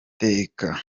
iteka